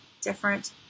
different